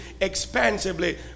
expansively